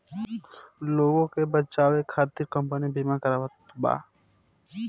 लोग के बचावे खतिर कम्पनी बिमा करावत बा